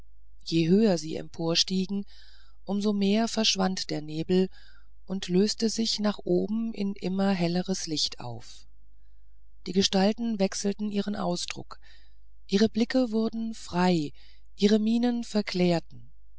je höher sie emporstiegen um so mehr verschwand der nebel und löste sich nach oben in immer helleres licht auf die gestalten wechselten ihren ausdruck ihre blicke wurden frei ihre mienen verklärt